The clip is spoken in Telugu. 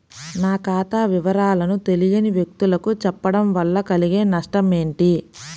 నా ఖాతా వివరాలను తెలియని వ్యక్తులకు చెప్పడం వల్ల కలిగే నష్టమేంటి?